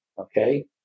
Okay